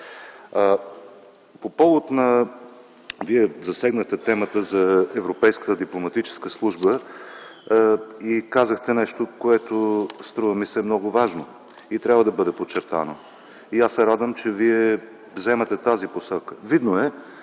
По повод на засегнатата от Вас тема за европейската дипломатическа служба казахте нещо, което, струва ми се е много важно и трябва да бъде подчертано. Радвам се, че Вие заемате тази посока. Видно е,